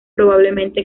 probablemente